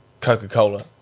Coca-Cola